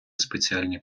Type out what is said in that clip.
спеціальні